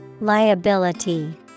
Liability